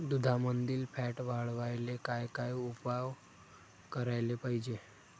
दुधामंदील फॅट वाढवायले काय काय उपाय करायले पाहिजे?